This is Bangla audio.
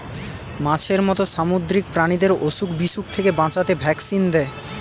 মাছের মত সামুদ্রিক প্রাণীদের অসুখ বিসুখ থেকে বাঁচাতে ভ্যাকসিন দেয়